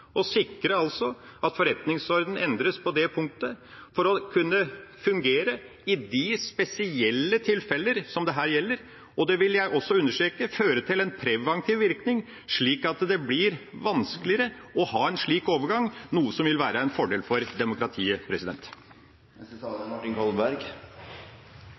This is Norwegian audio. å sikre at forretningsordenen endres på det punktet for å kunne fungere i de spesielle tilfeller som det her gjelder, og det vil ha – det vil jeg også understreke – en preventiv virkning, slik at det blir vanskeligere å ha en slik overgang, noe som vil være en fordel for demokratiet.